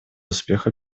успеха